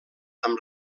amb